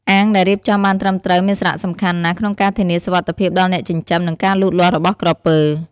អាងដែលរៀបចំបានត្រឹមត្រូវមានសារៈសំខាន់ណាស់ក្នុងការធានាសុវត្ថិភាពដល់អ្នកចិញ្ចឹម និងការលូតលាស់របស់ក្រពើ។